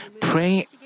pray